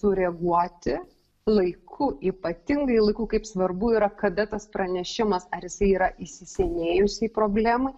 sureaguoti laiku ypatingai laiku kaip svarbu yra kada tas pranešimas ar jis yra įsisenėjusiai problemai